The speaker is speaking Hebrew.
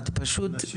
השר